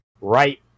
right